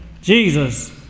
Jesus